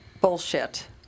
bullshit